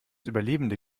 überlebende